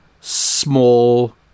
small